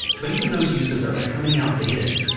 but even those uses are becoming outdated.